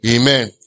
Amen